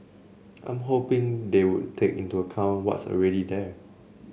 I'm hoping they would take into account what's already there